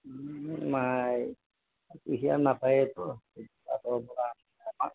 নাই কুঁহিয়াৰ নাপায়েইতো